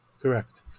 Correct